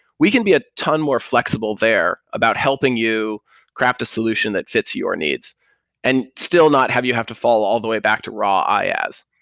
we can be a ton more flexible. there about helping you craft a solution that fits your needs and still not have you have to fall all the way back to raw iaas.